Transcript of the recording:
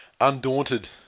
undaunted